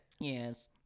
yes